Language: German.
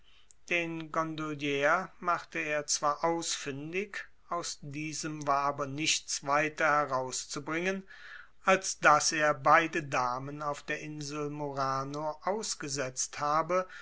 den gondolier machte er zwar ausfündig aus diesem war aber nichts weiter herauszubringen als daß er beide damen auf der insel murano ausgesetzt habe